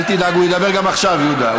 אל תדאג, הוא ידבר גם עכשיו, יהודה.